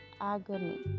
agony